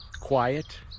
quiet